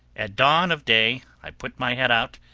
at dawn of day i put my head out,